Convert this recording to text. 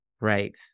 Right